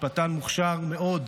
משפטן מוכשר מאוד,